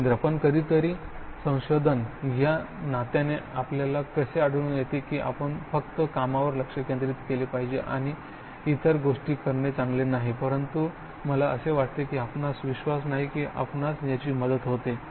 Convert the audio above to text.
रवींद्र पण कधीतरी संशोधक या नात्याने आपल्याला असे आढळून येते की आपण फक्त कामावर लक्ष केंद्रित केले पाहिजे आणि इतर गोष्टी करणे चांगले नाही परंतु मला असे वाटते की आपणास विश्वास नाही की आपणास याची मदत होते